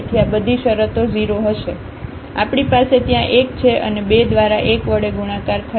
તેથી આ બધી શરતો 0 હશે આપણી પાસે ત્યાં 1 છે અને 2 દ્વારા 1 વડે ગુણાકાર થશે